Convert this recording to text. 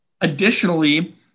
Additionally